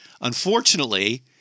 unfortunately